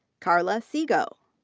karla sigo.